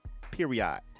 period